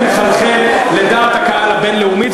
לחלחל לדעת הקהל הבין-לאומית,